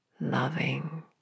loving